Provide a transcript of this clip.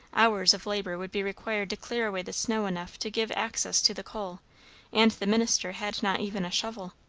hours of labour would be required to clear away the snow enough to give access to the coal and the minister had not even a shovel.